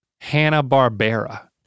Hanna-Barbera